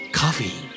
coffee